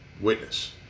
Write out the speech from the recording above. witness